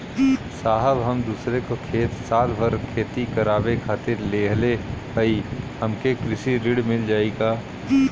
साहब हम दूसरे क खेत साल भर खेती करावे खातिर लेहले हई हमके कृषि ऋण मिल जाई का?